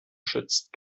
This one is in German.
schützt